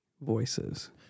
voices